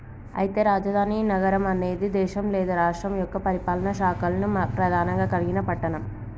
అయితే రాజధాని నగరం అనేది దేశం లేదా రాష్ట్రం యొక్క పరిపాలనా శాఖల్ని ప్రధానంగా కలిగిన పట్టణం